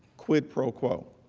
quid pro quo.